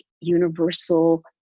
universal